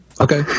okay